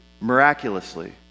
miraculously